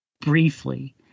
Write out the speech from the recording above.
briefly